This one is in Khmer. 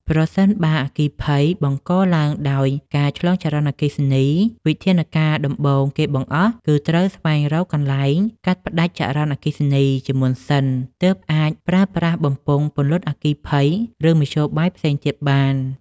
ប្រសិនបើអគ្គីភ័យបង្កឡើងដោយការឆ្លងចរន្តអគ្គិសនី វិធានការដំបូងគេបង្អស់គឺត្រូវស្វែងរកកន្លែងកាត់ផ្ដាច់ចរន្តអគ្គិសនីជាមុនសិន ទើបយើងអាចប្រើប្រាស់បំពង់ពន្លត់អគ្គីភ័យ ឬមធ្យោបាយផ្សេងទៀតបាន។